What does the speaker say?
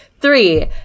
three